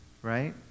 right